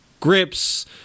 Grips